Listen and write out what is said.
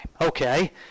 Okay